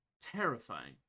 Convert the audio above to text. terrifying